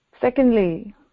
Secondly